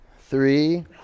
three